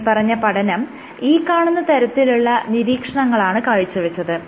മേല്പറഞ്ഞ പഠനം ഈ കാണുന്ന തരത്തിലുള്ള നിരീക്ഷണങ്ങളാണ് കാഴ്ചവെച്ചത്